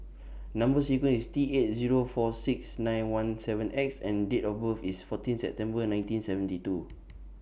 Number sequence IS T eight Zero four six nine one seven X and Date of birth IS fourteen September nineteen seventy two